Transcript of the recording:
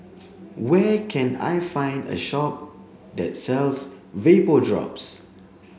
where can I find a shop that sells Vapodrops